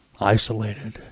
isolated